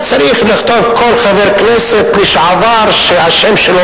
היה צריך לכתוב כל חבר כנסת לשעבר שהשם שלו